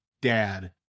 dad